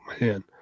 man